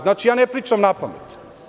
Znači, ja ne pričam napamet.